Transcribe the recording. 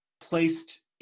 placed